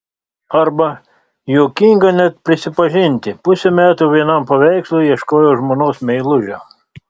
arba juokinga net prisipažinti pusę metų vienam paveikslui ieškojau žmonos meilužio